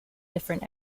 different